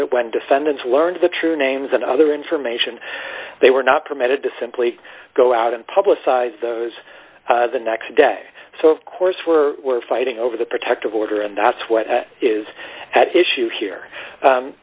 that when defendants learned the true names and other information they were not permitted to simply go out and publicize those the next day so of course were fighting over the protective order and that's what is at issue here